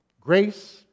Grace